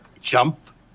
jump